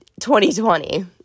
2020